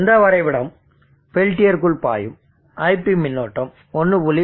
இந்த வரைபடம் பெல்டியருக்குள் பாயும் iP மின்னோட்டம் 1